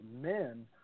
men